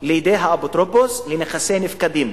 לידי האפוטרופוס לנכסי נפקדים.